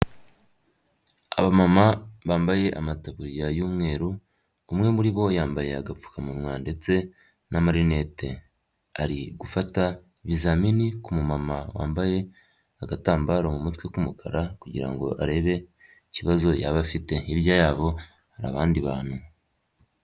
Abamama bambaye amataburiya y'umweru umwe muri bo yambaye agapfukamunwa ndetse n'amarinete ari gufata ibizamini ku ku mumama wambaye agatambaro mu mutwe k'umukara kugira ngo arebe ikibazo yaba afite, hirya yabo hari abandi bantu.